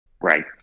Right